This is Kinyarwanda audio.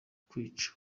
kukwica